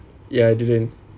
ya I didn't